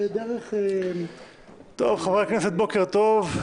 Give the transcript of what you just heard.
בוקר טוב.